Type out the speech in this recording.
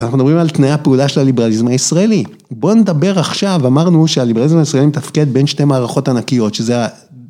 אנחנו מדברים על תנאי הפעולה של הליברליזם הישראלי. בואו נדבר עכשיו, אמרנו שהליברליזם הישראלי מתפקד בין שתי מערכות ענקיות, שזה ה...